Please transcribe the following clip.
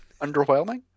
underwhelming